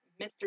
Mr